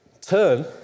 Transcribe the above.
turn